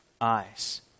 eyes